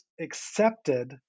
accepted